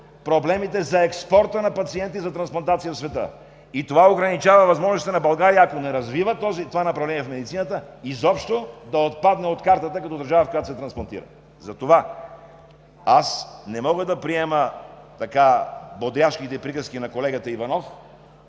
проблемите за експорта на пациенти за трансплантация в света. Това ограничава възможностите на България, ако не развива това направление в медицината, изобщо да отпадне от картата като държава, в която се трансплантира. Затова не мога да приема така бодряшките приказки на колегата Иванов.